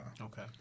Okay